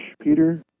Peter